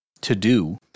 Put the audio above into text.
to-do